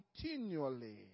continually